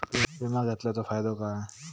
विमा घेतल्याचो फाईदो काय?